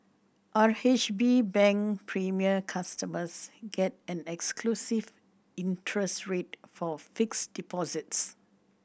R H B Bank Premier customers get an exclusive interest rate for fixed deposits